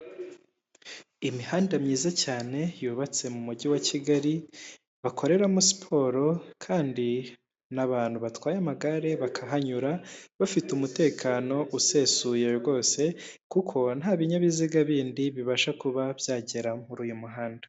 Imihanda myiza cyane yubatse mu mujyi wa kigali bakoreramo siporo kandi n'abantu batwaye amagare bakahanyura bafite umutekano usesuye rwose kuko nta binyabiziga bindi bibasha kuba byagera muri uyu muhanda.